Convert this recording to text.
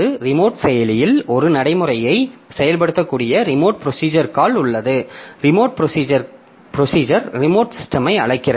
remote procedure remote சிஸ்டமை அழைக்கிறது